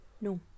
No